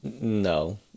no